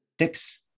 six